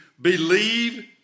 believe